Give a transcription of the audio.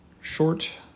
short